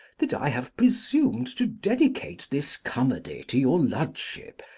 that i have presumed to dedicate this comedy to your lordship,